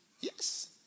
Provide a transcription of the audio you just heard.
Yes